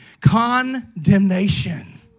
Condemnation